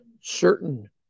certain